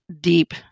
deep